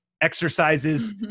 exercises